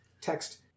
text